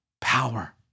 power